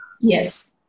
Yes